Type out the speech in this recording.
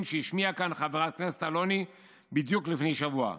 שהשמיעה כאן חברת הכנסת אלוני בדיוק לפני שבוע,